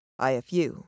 IFU